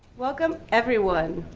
welcome, everyone.